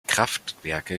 kraftwerke